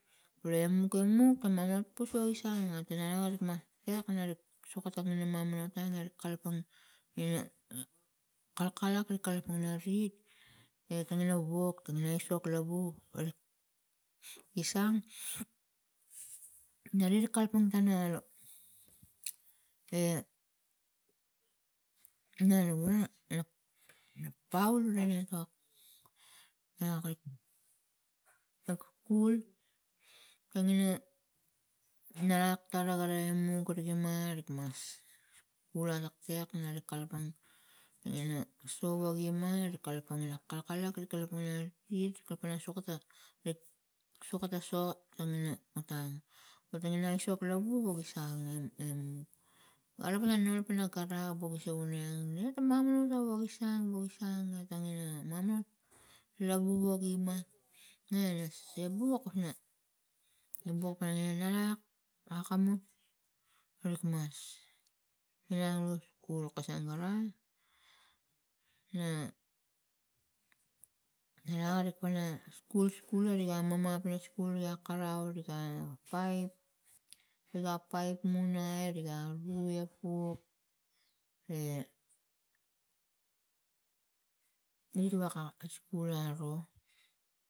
Vura emuk emuk ta mamon pus o nik sang ngat ta ngarik mas tek ana sokotang ina mamanomot tan arik kalapang ina kalkalak lo kalapang ina rid e tangina wok tangina tok lavu arik isang na re gi kalapang tana e na re gura na paul enatok nana kal tak skul tangina nanak tarege emu rigima rik mas kul atektek kalapang sugo gima, kalapang akalkat, kalapang ina rid, kalapang ina sukota rik sukota so ina otang otang ina aisok lovu guvi sang alak ina num ina gun a buke sa uniang e ta mamanamot tang gi sang otang ina mamanamot lovu wo gi ima na ne sebu wok kusna ebuk kana e nangak akamus nerik mas minang lo skul kasang gara na larik pana kul skul riga manmanap pana skul ga karau riga paip riga paip riga munai nai epuk e riwaka skul. aro.